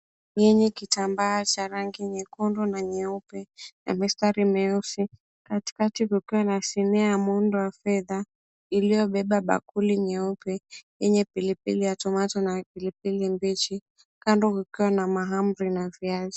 Yenye kitambaa nyekundu na nyeupe na mistari meusi. Katikati kukiwa na sinia ya muundo wa fedha iliyobeba bakuli nyeupe yenye pilipili ya tomato na pilipili mbichi. Kando mkiwa na mahamri na viazi.